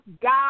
God